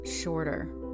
shorter